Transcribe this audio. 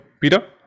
peter